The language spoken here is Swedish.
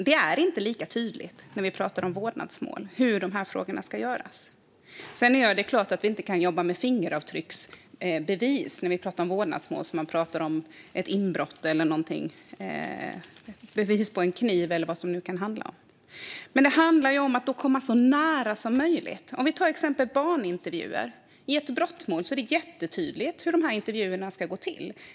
Det är inte lika tydligt vad som ska göras när vi pratar om vårdnadsmål. Det är klart att vi inte kan prata om fingeravtrycksbevis när vi pratar om vårdnadsmål, på det sätt man pratar om bevis på en kniv eller vid ett inbrott. Men det handlar om att komma så nära som möjligt. Låt oss titta på exemplet barnintervjuer. I ett brottmål är det jättetydligt hur intervjuerna ska gå till.